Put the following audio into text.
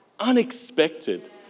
unexpected